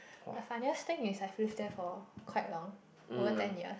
the funniest thing is I've lived there for quite long over ten year